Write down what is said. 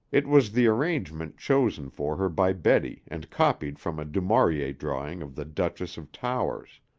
it was the arrangement chosen for her by betty and copied from a du maurier drawing of the duchess of towers.